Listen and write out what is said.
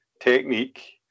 technique